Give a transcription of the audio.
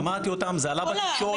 שמעתי אותם, זה עלה בתקשורת.